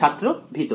ছাত্র ভিতরে